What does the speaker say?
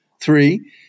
Three